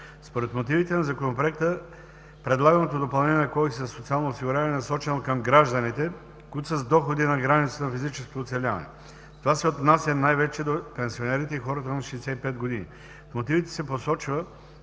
Според мотивите на Законопроекта, предлаганото допълнение на Кодекса за социално осигуряване е насочено към гражданите, които са с доходи на границата на физическото оцеляване. Това се отнася най-вече до пенсионерите и хората над 65 години. В мотивите се посочва,